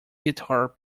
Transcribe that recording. guitar